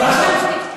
זה מה שאני ביקשתי.